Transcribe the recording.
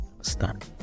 stand